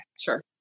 sure